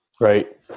Right